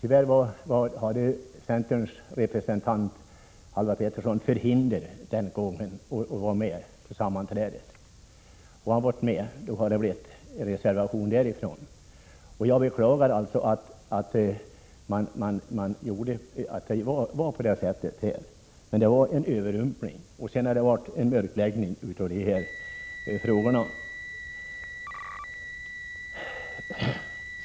Tyvärr var emellertid centerns representant Halvar Pettersson förhindrad att delta i sammanträdet den 26 september. Om han varit med på sammanträdet skulle han ha avgivit en reservation från centerns sida. Jag beklagar utgången, men det var fråga om en överrumpling, och därefter har det skett en mörkläggning av frågorna.